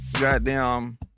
goddamn